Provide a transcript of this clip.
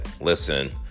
Listen